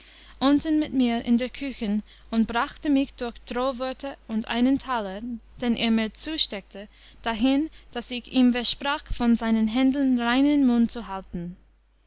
unten mit mir in der küchen und brachte mich durch drohworte und einen taler den er mir zusteckte dahin daß ich ihm versprach von seinen händeln reinen mund zu halten